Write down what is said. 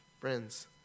Friends